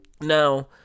Now